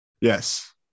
Yes